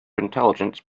intelligence